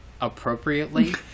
appropriately